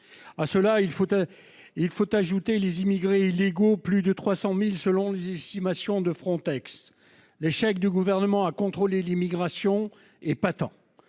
être il faut ajouter les immigrés illégaux. Plus de 300.000 selon les estimations de Frontex, l'échec du gouvernement à contrôler l'immigration et pas tant